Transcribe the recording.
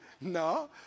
no